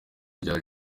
rya